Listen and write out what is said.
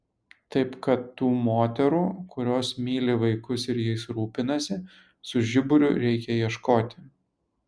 taip kad tų moterų kurios myli vaikus ir jais rūpinasi su žiburiu reikia ieškoti